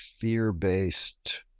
fear-based